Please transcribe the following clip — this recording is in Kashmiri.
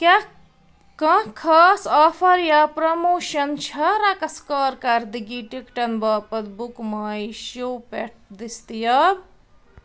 کیٛاہ کانٛہہ خاص آفَر یا پرٛموشَن چھےٚ رَقص کارکردگی ٹِکٹَن باپتھ بُک ماے شو پٮ۪ٹھ دٔستِیاب